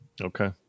Okay